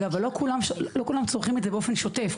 לא כולם צורכים את זה באופן שוטף.